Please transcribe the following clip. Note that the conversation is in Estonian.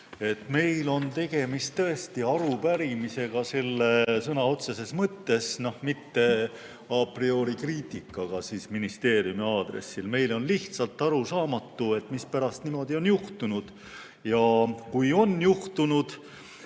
Meil on tegemist tõesti arupärimisega selle sõna otseses mõttes, mittea priorikriitikaga ministeeriumi aadressil. Meile on lihtsalt arusaamatu, mispärast niimoodi on juhtunud. Ja kui on juhtunud,